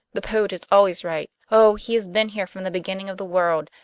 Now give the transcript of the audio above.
the poet is always right. oh, he has been here from the beginning of the world,